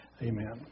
amen